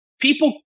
people